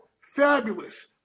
Fabulous